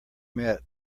met